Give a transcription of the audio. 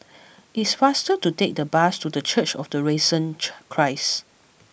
it is faster to take the bus to the Church of the Risen cheer Christ